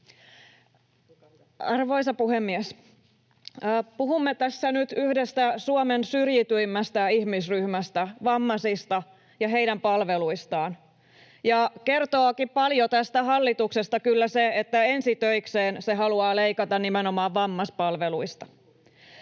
Arvoisa puhemies! Puhumme tässä nyt yhdestä Suomen syrjityimmästä ihmisryhmästä, vammaisista, ja heidän palveluistaan. Kertookin paljon tästä hallituksesta kyllä se, että ensi töikseen se haluaa leikata nimenomaan vammaispalveluista.